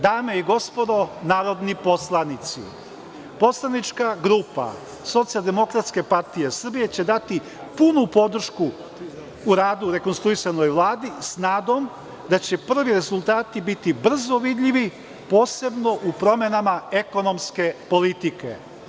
Dame i gospodo narodni poslanici, poslanička grupa SDPS će dati punu podršku u radu rekonstruisanoj Vladi, s nadom da će prvi rezultati biti brzo vidljivi, posebno u promenama ekonomske politike.